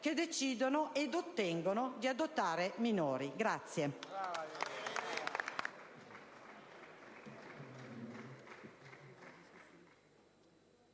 che decidono e ottengono di adottare minori.